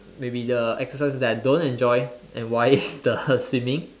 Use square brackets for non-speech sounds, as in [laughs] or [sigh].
maybe the exercises that I don't enjoy and why is the [laughs] swimming